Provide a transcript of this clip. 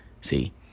see